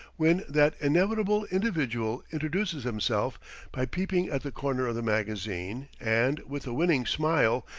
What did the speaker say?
when that inevitable individual introduces himself by peeping at the corner of the magazine, and, with a winning smile,